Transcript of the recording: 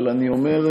אבל אני אומר לכם,